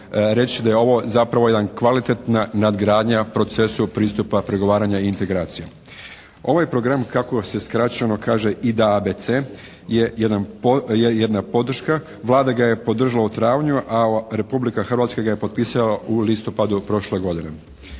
da je ovo zapravo jedna kvalitetna nadgradnja procesa procesu pristupa, pregovaranja i integracija. Ovaj program kako se skraćeno kaže IDBC je jedna podrška. Vlada ga je podržala u travnju, a Republika Hrvatska ga je potpisala u listopadu prošle godine.